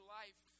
life